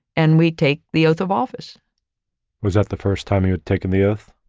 and we take the oath of office was that the first time you've taken the oath?